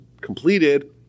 completed